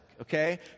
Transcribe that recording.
Okay